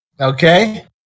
Okay